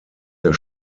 der